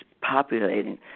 populating